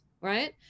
right